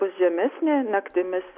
bus žemesnė naktimis